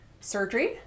surgery